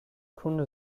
kunde